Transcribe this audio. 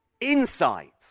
insight